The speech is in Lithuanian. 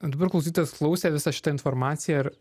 dabar klausytojas klausė visą šitą informaciją ir